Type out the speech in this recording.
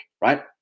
right